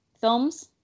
films